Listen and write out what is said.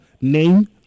name